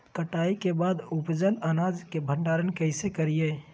कटाई के बाद उपजल अनाज के भंडारण कइसे करियई?